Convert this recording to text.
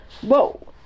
Whoa